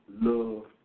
Love